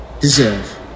deserve